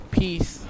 peace